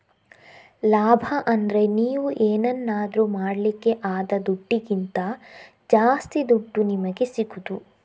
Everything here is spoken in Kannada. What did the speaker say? ಲಾಭ ಅಂದ್ರೆ ನೀವು ಏನನ್ನಾದ್ರೂ ಮಾಡ್ಲಿಕ್ಕೆ ಆದ ದುಡ್ಡಿಗಿಂತ ಜಾಸ್ತಿ ದುಡ್ಡು ನಿಮಿಗೆ ಸಿಗುದು